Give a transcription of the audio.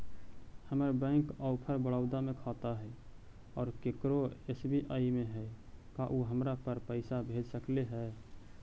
हमर bank of Baroda में खाता है और केकरो एस.बी.आई में है का उ हमरा पर पैसा भेज सकले हे?